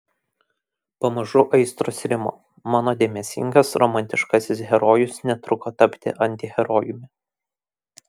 pamažu aistros rimo mano dėmesingas romantiškasis herojus netruko tapti antiherojumi